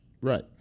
Right